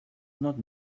not